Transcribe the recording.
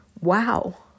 wow